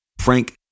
Frank